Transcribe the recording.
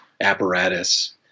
apparatus